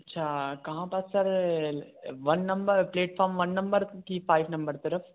अच्छा कहाँ पर sir one number platform one number की फ़ाइव नंबर की तरफ़